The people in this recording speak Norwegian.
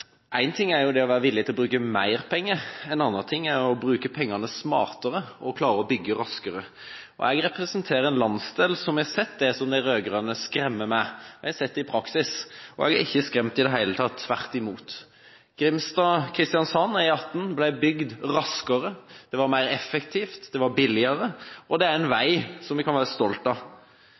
én ting er å være villig til å bruke mer penger; en annen ting er å bruke pengene smartere og klare å bygge raskere. Jeg representerer en landsdel som har sett det som de rød-grønne skremmer med. Jeg har sett det i praksis, og jeg er ikke skremt i det hele tatt, tvert imot. E18 Grimstad–Kristiansand ble bygd raskere. Det var mer effektivt, det var billigere, og det er en vei som vi kan være stolt av.